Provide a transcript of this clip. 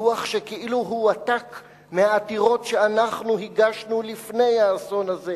דוח שכאילו הועתק מהעתירות שאנחנו הגשנו לפני האסון הזה